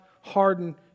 harden